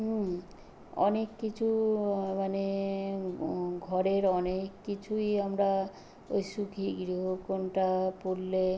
হুম অনেক কিছু মানে ঘরের অনেক কিছুই আমরা ওই সুখী গৃহকোণটা পড়লে